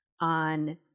On